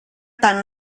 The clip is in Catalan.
tant